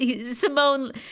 Simone